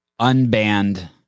unbanned